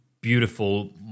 beautiful